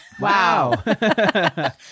Wow